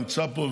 הוא נמצא פה,